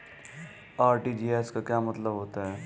RTGS का क्या मतलब होता है?